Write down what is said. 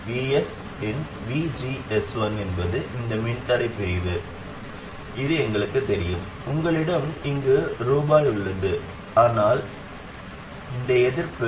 Vs இன் VGS1 என்பது இந்த மின்தடைப் பிரிவு என்பது எங்களுக்குத் தெரியும் உங்களிடம் இங்கு ரூபாய் உள்ளது மேலும் இந்த எதிர்ப்பு RG 1gm0